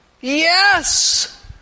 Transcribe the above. Yes